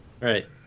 Right